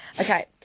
Okay